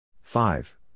five